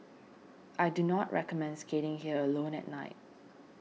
I do not recommend skating here alone at night